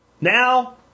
Now